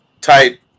type